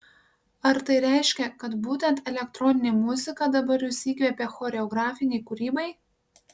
ar tai reiškia kad būtent elektroninė muzika dabar jus įkvepia choreografinei kūrybai